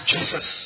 Jesus